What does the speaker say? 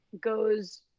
goes